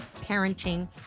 parenting